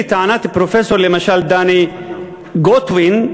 לטענת פרופסור דני גוטוויין,